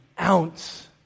ounce